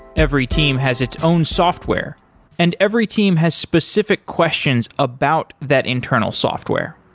every team has its own software and every team has specific questions about that internal software.